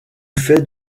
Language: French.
fait